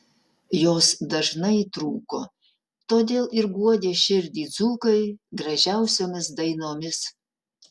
jos dažnai trūko todėl ir guodė širdį dzūkai gražiausiomis dainomis